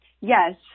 yes